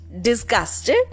disgusted